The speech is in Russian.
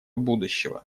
будущего